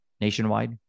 nationwide